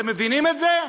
אתם מבינים את זה?